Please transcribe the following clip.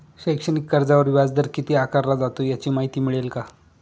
शैक्षणिक कर्जावर व्याजदर किती आकारला जातो? याची माहिती मिळेल का?